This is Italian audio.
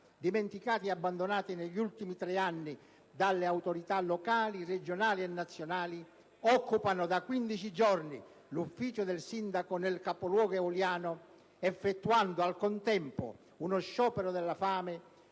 dimenticati e abbandonati negli ultimi tre anni dalle autorità locali, regionali e nazionali, occupano da quindici giorni l'ufficio del sindaco nel capoluogo eoliano, effettuando al contempo uno sciopero della fame,